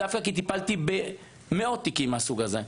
כי טיפלתי במאות תיקים מהסוג הזה.